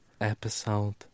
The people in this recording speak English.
episode